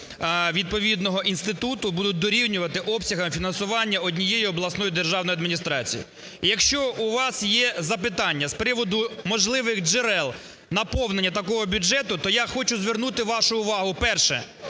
відповідного інституту будуть дорівнювати обсягам фінансування однієї обласної державної адміністрації. Якщо у вас є запитання з приводу можливих джерел наповнення такого бюджету, то я хочу звернути вашу увагу, перше: